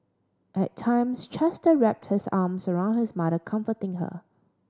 at times Chester wrapped his arms around his mother comforting her